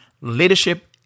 Leadership